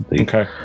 Okay